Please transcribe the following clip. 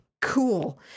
Cool